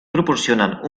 proporcionen